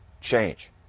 change